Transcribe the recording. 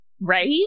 Right